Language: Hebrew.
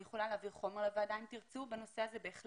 אני יכולה להעביר חומר לוועדה בנושא הזה, אם תרצו.